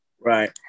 Right